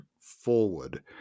forward